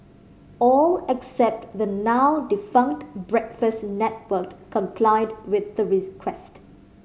all except the now defunct Breakfast Network complied with the request